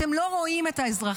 אתם לא רואים את האזרחים.